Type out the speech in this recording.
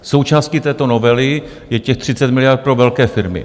Součástí této novely je těch 30 miliard pro velké firmy.